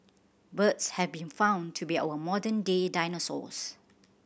birds have been found to be our modern day dinosaurs